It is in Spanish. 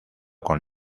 con